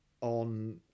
on